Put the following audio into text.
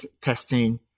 testing